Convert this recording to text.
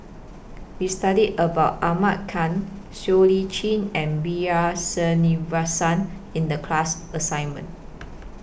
We studied about Ahmad Khan Siow Lee Chin and B R Sreenivasan in The class assignment